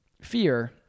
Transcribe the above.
fear